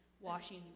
washing